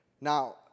Now